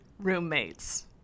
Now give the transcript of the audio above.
roommates